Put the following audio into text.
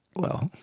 well,